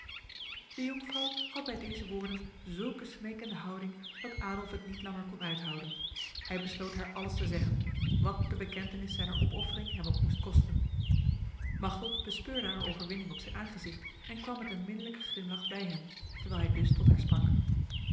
de jonkvrouw had bij deze woorden zulke smekende houding dat adolf het niet langer kon uithouden hij besloot haar alles te zeggen wat de bekentenis zijner opoffering hem ook moest kosten machteld bespeurde haar overwinning op zijn aangezicht en kwam met een minnelijke glimlach bij hem terwijl hij dus tot haar sprak